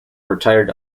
retired